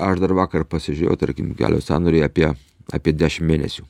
aš dar vakar pasižiūrėjau tarkim kelio sąnariui apie apie dešim mėnesių